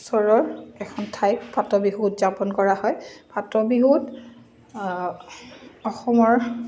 ওচৰৰ এখন ঠাইত ফাট বিহু উদযাপন কৰা হয় ফাট বিহুত অসমৰ